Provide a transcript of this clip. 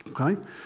Okay